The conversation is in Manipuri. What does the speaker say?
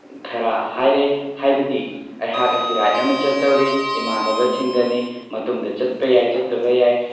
ꯈꯔ ꯍꯥꯏꯔꯦ ꯍꯥꯏꯕꯗꯤ ꯑꯩꯍꯥꯛ ꯑꯁꯤ ꯔꯥꯏꯠ ꯑꯃ ꯆꯠꯇꯧꯔꯤ ꯏꯃꯥꯟꯅꯕꯁꯤꯡꯒꯅꯤ ꯃꯇꯨꯡꯗ ꯆꯠꯄ ꯌꯥꯏ ꯆꯠꯇꯕ ꯌꯥꯏ